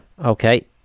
Okay